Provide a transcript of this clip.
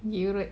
pergi urut